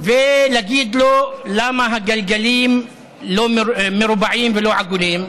להגיד לו למה הגלגלים מרובעים ולא עגולים.